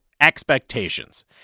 expectations